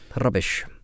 Rubbish